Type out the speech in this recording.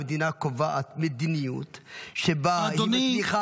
המדינה קובעת מדיניות שבה היא מצליחה